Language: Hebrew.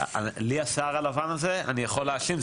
לי השיער הלבן הזה אני יכול להאשים,